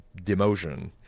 demotion